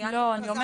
את ציינת -- לא,